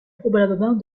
probablement